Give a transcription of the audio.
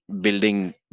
building